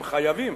הם חייבים.